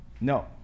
No